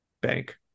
bank